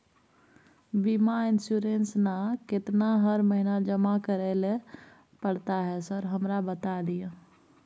बीमा इन्सुरेंस ना केतना हर महीना जमा करैले पड़ता है सर हमरा बता दिय?